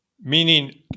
Meaning